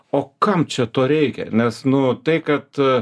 o kam čia to reikia nes nu tai kad